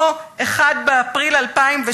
או 1 באפריל 2012,